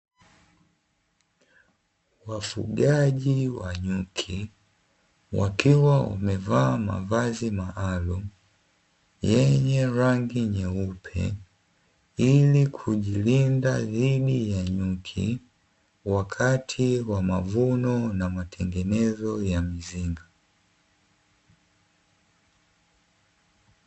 Wafugaji wa nyuki wakiwa wamevaa mavazi maalumu yenye rangi nyeupe ili kujilinda dhidi ya nyuki, wakati wa mavuno na matengenezo ya mizinga.